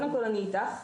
קודם כל אני איתך,